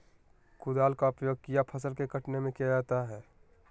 कुदाल का उपयोग किया फसल को कटने में किया जाता हैं?